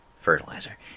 fertilizer